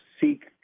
seek